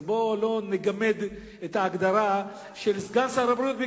אז בואו לא נגמד את ההגדרה של סגן שר הבריאות.